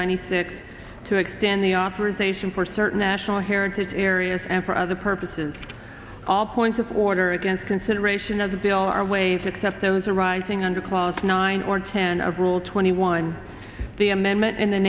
ninety six to extend the operation for certain national heritage areas and for other purposes all points of order against consideration of the bill are waived except those arising under close nine or ten of rule twenty one the amendment in the